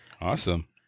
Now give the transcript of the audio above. awesome